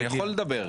אני יכול לדבר.